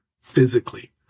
physically